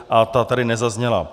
A ta tady nezazněla.